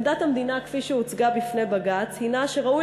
עמדת המדינה כפי שהוצגה בפני בג"ץ היא שראוי